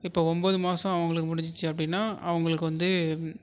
இப்போ ஒம்பது மாதம் அவங்களுக்கு முடிஞ்சிச்சு அப்படின்னா அவங்களுக்கு வந்து